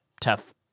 tough